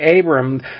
Abram